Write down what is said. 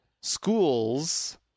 Schools